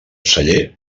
celler